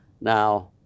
Now